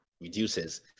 reduces